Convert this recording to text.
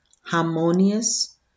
harmonious